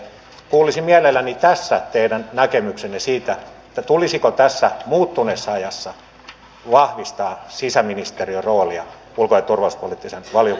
kuulisin mielelläni tässä teidän näkemyksenne siitä tulisiko tässä muuttuneessa ajassa vahvistaa sisäministeriön roolia ulko ja turvallisuuspoliittisen valiokunnan jäsenenä